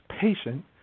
patient